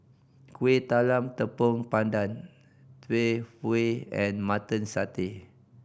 Kueh Talam Tepong Pandan Tau Huay and Mutton Satay